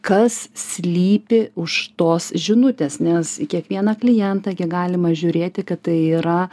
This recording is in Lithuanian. kas slypi už tos žinutės nes į kiekvieną klientą gi galima žiūrėti kad tai yra